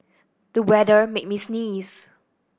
the weather made me sneeze